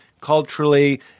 culturally